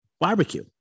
barbecue